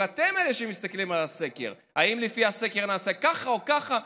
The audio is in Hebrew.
אבל אתם אלה שמסתכלים על הסקר: האם לפי הסקר נעשה ככה או ככה?